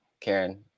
Karen